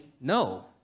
no